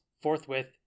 forthwith